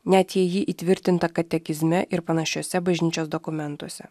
net jei ji įtvirtinta katekizme ir panašiuose bažnyčios dokumentuose